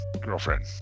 girlfriend